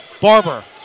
Barber